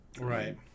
Right